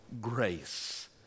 grace